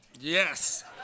Yes